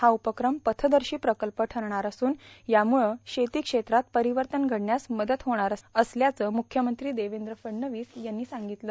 हा उपक्रम पथदर्शा प्रकल्प ठरणार असून यामुळं शेती क्षेत्रात र्पारवतन घडण्यास मदत होणार असल्यामचं मुख्यमंत्री देवद्र फडणवीस यांनी सांगितलं